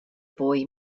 boy